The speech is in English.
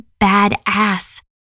badass